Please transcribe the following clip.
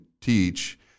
teach